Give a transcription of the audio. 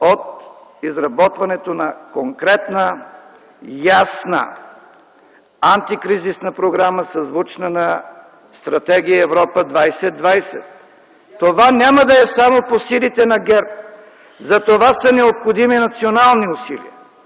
от изработването на конкретна, ясна антикризисна програма, съзвучна на Стратегия „Европа 2020”. Това няма да е само по силите на ГЕРБ! За това са необходими национални усилия!